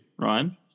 Ryan